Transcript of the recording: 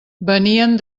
venien